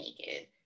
naked